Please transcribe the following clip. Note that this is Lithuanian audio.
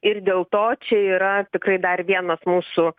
ir dėl to čia yra tikrai dar vienas mūsų